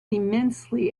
immensely